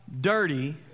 dirty